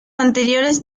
anteriores